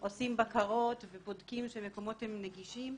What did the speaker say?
עושים בקרות ובודקים שמקומות הם נגישים,